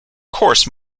course